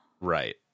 Right